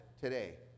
today